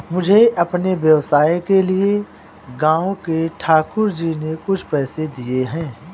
मुझे अपने व्यवसाय के लिए गांव के ठाकुर जी ने कुछ पैसे दिए हैं